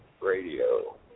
Radio